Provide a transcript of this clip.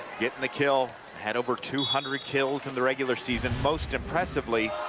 getting the hill had over two hundred kills in the season. most impressively,